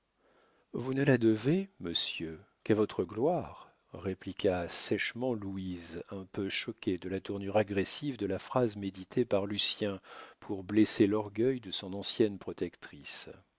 vous ne la devez monsieur qu'à votre gloire répliqua sèchement louise un peu choquée de la tournure agressive de la phrase méditée par lucien pour blesser l'orgueil de son ancienne protectrice